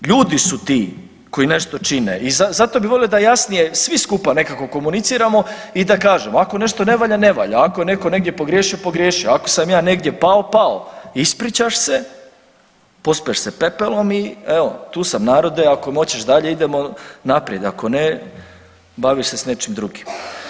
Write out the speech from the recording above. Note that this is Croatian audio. Ljudi su ti koji nešto čine i zato bi volio da jasnije svi skupa nekako komuniciramo i da kažemo ako nešto ne valja ne valja, ako je netko negdje pogriješio pogriješio, ako sam ja negdje pao pao, ispričaš se, pospeš se pepelom i evo tu sam narode ako me hoćeš dalje idemo naprijed, ako ne bavi se s nečim drugim.